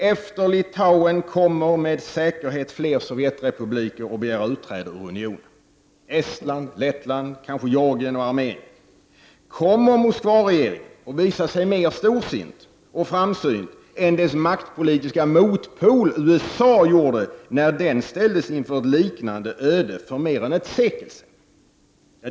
Efter Litauen kommer med säkerhet fler sovjetrepubliker att begära utträde ur unionen: Estland, Lettland, kanske Georgien och Armenien. Kommer Moskvaregeringen att visa sig mer storsint och framsynt än dess maktpolitiska motpol, USA, gjorde när den ställdes inför ett liknande öde för mer än ett sekel sedan?